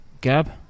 Gab